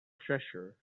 treasure